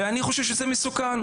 ואני חושב שזה מסוכן.